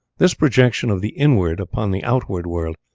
this projection of the inward upon the outward world,